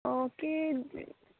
okay